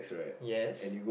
yes